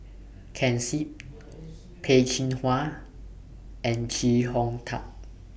Ken Seet Peh Chin Hua and Chee Hong Tat